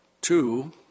two